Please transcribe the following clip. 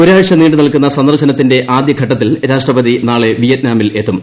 ഒരാഴ്ച നീ ു നിൽക്കുന്ന സന്ദർശനത്തിന്റെ ആദ്യഘട്ടത്തിൽ രാഷ്ട്രപതി നാളെ വിയറ്റ്നാമിലെത്തും